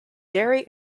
dairy